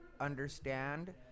understand